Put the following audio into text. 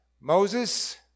Moses